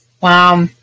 Wow